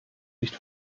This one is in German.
nicht